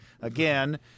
Again